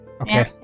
Okay